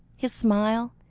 his smile,